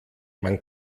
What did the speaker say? man